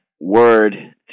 word